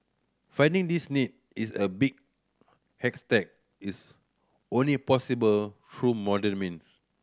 finding this needle is a big haystack is only possible through modern means